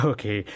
Okay